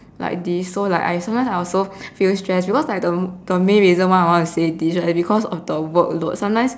like this so like I sometimes I also feel stressed because like the the main reason why I want to say this right is because of the workload sometimes